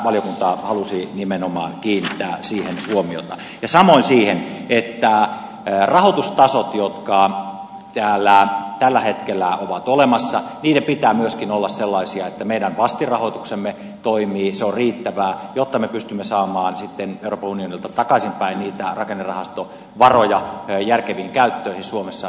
siihen valiokunta halusi nimenomaan kiinnittää huomiota ja samoin siihen että rahoitustasojen jotka täällä tällä hetkellä ovat olemassa pitää myöskin olla sellaisia että meidän vastinrahoituksemme toimii se on riittävää jotta me pystymme saamaan sitten euroopan unionilta takaisinpäin niitä rakennerahastovaroja järkeviin käyttöihin suomessa